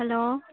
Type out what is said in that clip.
hello